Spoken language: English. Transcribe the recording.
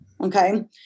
okay